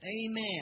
Amen